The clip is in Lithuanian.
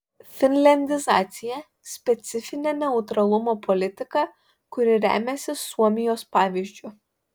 finliandizacija specifinė neutralumo politika kuri remiasi suomijos pavyzdžiu